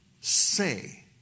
say